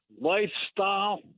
lifestyle